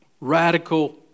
radical